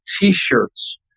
T-shirts